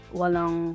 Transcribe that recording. walang